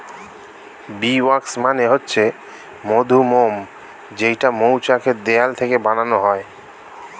bee wax মানে হচ্ছে মধুমোম যেইটা মৌচাক এর দেওয়াল থেকে বানানো হয়